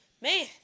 Man